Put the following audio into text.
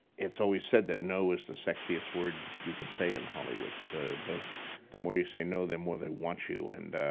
it's always said that no is the sexiest word you can say in hollywood. the the more you say no, the more they want you and